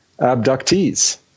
abductees